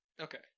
Okay